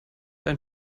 ein